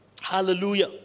Hallelujah